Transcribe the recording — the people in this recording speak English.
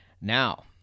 Now